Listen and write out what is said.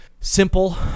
simple